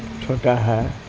چھوٹا ہے